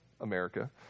America